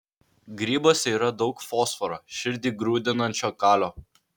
grybuose yra daug fosforo širdį grūdinančio kalio